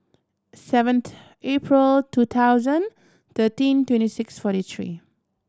seventh April two thousand thirteen twenty six forty three